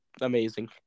amazing